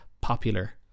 popular